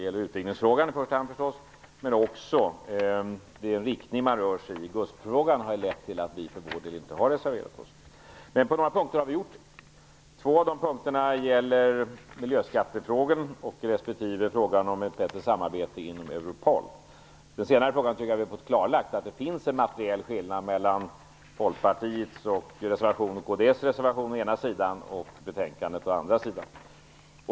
Det gäller i första hand utvidgningsfrågan, men den riktning man rör sig i när det gäller GUSP-frågan har också lett att vi för vår del inte har reserverat oss. På några punkter har vi dock gjort det. Det gäller miljöskattefrågan respektive frågan om utökat samarbete inom Europol. I den senare frågan har vi fått klarlagt att det finns en materiell skillnad mellan Folkpartiets reservation och kds-reservationen å ena sidan och utskottet å andra sidan.